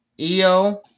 EO